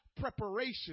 preparation